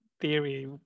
theory